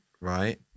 Right